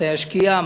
מתי השקיעה,